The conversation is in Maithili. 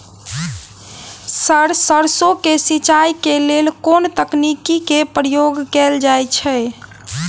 सर सैरसो केँ सिचाई केँ लेल केँ तकनीक केँ प्रयोग कैल जाएँ छैय?